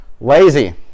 Lazy